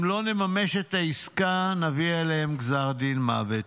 אם לא נממש את העסקה, נביא עליהם גזר דין מוות.